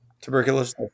Tuberculosis